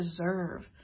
deserve